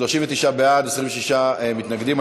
39 בעד, 26 מתנגדים.